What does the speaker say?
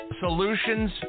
solutions